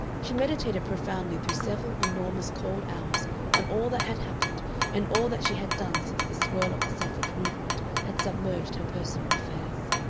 she meditated profoundly through several enormous cold hours on all that had happened and all that she had done since the swirl of the suffrage movement had submerged her personal affairs.